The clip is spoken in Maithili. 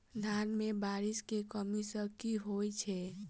धान मे बारिश केँ कमी सँ की होइ छै?